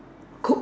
cook